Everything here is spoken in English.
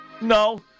No